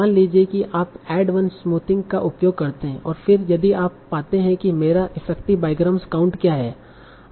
मान लीजिए कि आप एक ऐड वन स्मूथिंग का उपयोग करते हैं और फिर यदि आप पाते हैं कि मेरा इफेक्टिव बाईग्राम काउंट क्या है